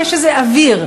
יש איזה אוויר.